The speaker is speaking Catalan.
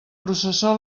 processó